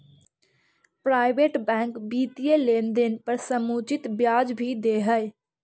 private bank वित्तीय लेनदेन पर समुचित ब्याज भी दे हइ